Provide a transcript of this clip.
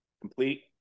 Complete